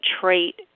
trait